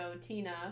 Tina